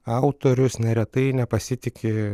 autorius neretai nepasitiki